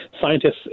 scientists